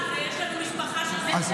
יש לנו גם חטופה, ויש לנו משפחה של חטופה.